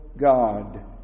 God